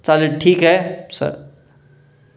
चालेल ठीक आहे सर